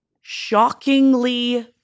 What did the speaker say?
shockingly